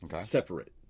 separate